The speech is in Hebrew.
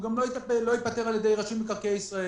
הוא גם לא ייפתר על ידי רשות מקרקעי ישראל.